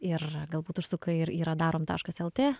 ir galbūt užsuka ir į radarom taškas lt